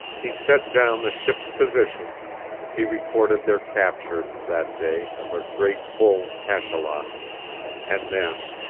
he set down the ship's position he recorded their capture, that day, of a great bull cachalot and then.